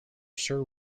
sir